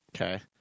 Okay